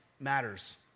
Matters